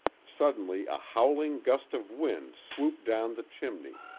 suddenly a howling gust of wind swooped down the chimney,